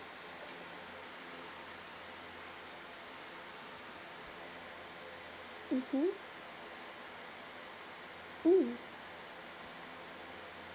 mmhmm hmm